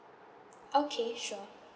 okay sure